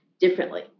differently